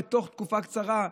בתוך תקופה קצרה.